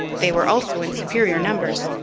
they were also in superior numbers,